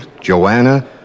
Joanna